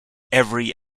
every